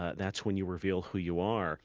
ah that's when you reveal who you are